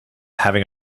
having